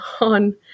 on